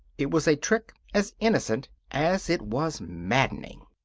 it was a trick as innocent as it was maddening.